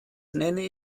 nenne